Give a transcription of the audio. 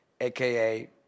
AKA